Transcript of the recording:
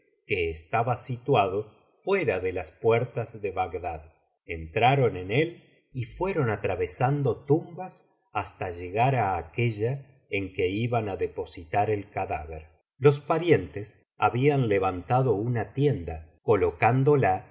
estaba situado fuera de las puertas de bagdad entraron en él y fueron atravesando tumbas hasta llegar á aquella en que iban á depositar el cadáver los parientes habían levantado una tienda colocándola